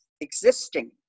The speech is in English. existing